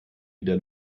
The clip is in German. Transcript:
wieder